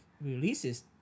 releases